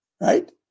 Right